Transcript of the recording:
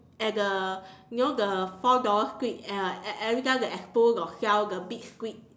at the you know the four dollar squid at uh every time the expo got sell the big squid